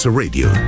radio